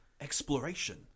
Exploration